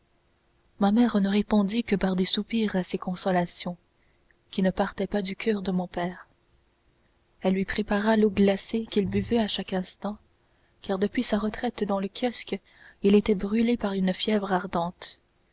ma mère ne répondit que par des soupirs à ces consolations qui ne partaient pas du coeur de mon père elle lui prépara l'eau glacée qu'il buvait à chaque instant car depuis sa retraite dans le kiosque il était brûlé par une fièvre ardente